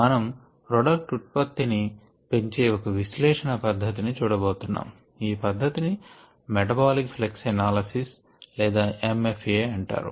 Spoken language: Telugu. మనం ప్రొడక్ట్ ఉత్పత్తి ని పెంచే ఒక విశ్లేషణ పధ్ధతి ని చూడబోతున్నాము ఆ పధ్ధతి ని మెటబాలిక్ ఫ్లక్స్ అనాలిసిస్ లేదా MFA అంటారు